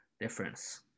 difference